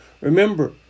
Remember